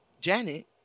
Janet